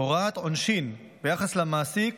הוראת עונשין ביחס למעסיק